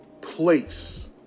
Place